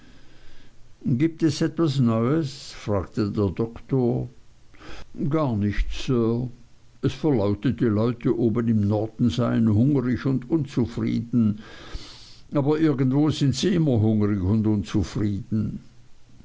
mich gibts etwas neues fragte der doktor gar nichts sir es verlautet die leute oben im norden seien hungrig und unzufrieden aber irgendwo sind sie immer hungrig und unzufrieden